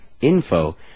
info